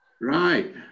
right